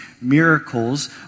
miracles